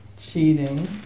cheating